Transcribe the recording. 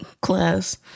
class